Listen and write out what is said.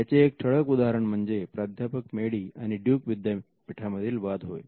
याचे एक ठळक उदाहरण म्हणजे प्राध्यापक मेडी आणि ड्युक विद्यापीठांमधील वाद होय